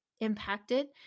impacted